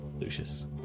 Lucius